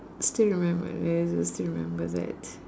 still remember yes still remember that